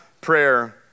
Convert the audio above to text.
prayer